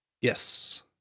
Yes